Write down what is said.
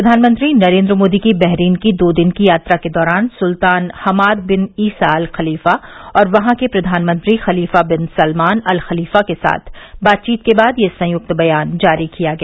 प्रधानमंत्री नरेन्द्र मोदी की बहरीन की दो दिन की यात्रा के दौरान Sultan Hamad bin Isa Al Khalifa और वहां के प्रधानमंत्री Khalifa bin Salman Al Khalifa के साथ बातचीत के बाद यह संयुक्त बयान जारी किया गया